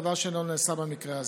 דבר שלא נעשה במקרה הזה.